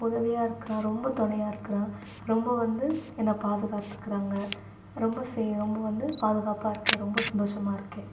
உதவியாக இருக்கிறான் ரொம்ப துணையா இருக்கிறான் ரொம்ப வந்து என்ன பாதுகாத்துக்கிறாங்க ரொம்ப சே ரொம்ப வந்து பாதுகாப்பாக இருக்கேன் ரொம்ப சந்தோஷமாக இருக்கேன்